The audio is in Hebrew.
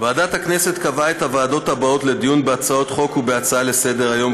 ועדת הכנסת קבעה את הוועדות הבאות לדיון בהצעות חוק ובהצעה לסדר-היום,